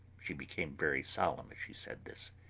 she became very solemn as she said this,